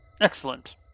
Excellent